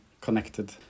connected